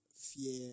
fear